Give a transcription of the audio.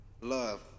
love